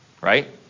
Right